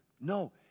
No